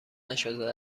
نشده